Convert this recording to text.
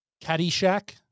Caddyshack